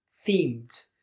themed